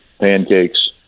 pancakes